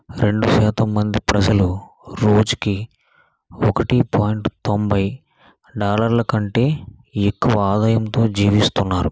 రెండు శాతం మంది ప్రజలు రోజుకి ఒకటి పాయింట్ తొంభై డాలర్ల కంటే ఎక్కువ ఆదాయంతో జీవిస్తున్నారు